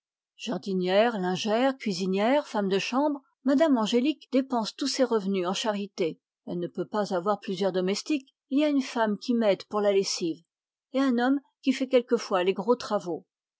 jardinière lingère cuisinière femme de chambre m me angélique dépense tous ses revenus en charités elle ne peut pas avoir plusieurs domestiques il y a une femme qui m'aide pour la lessive et un homme qui fait quelquefois les gros travaux